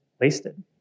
wasted